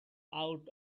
out